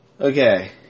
okay